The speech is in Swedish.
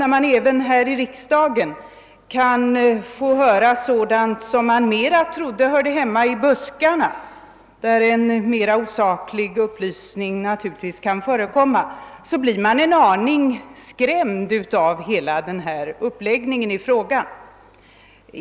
När man även här i riksdagen får höra sådant som man trodde mera höra hemma i buskarna, där en mer osaklig upplysning naturligtvis kan förekomma, blir man en aning skrämd av hela uppläggningen av frågan.